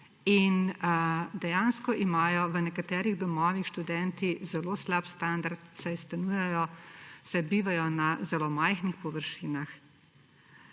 in dejansko imajo v nekaterih domovih študenti zelo slab standard, saj bivajo na zelo majhnih površinah.